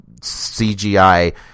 CGI